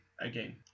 again